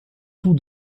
tout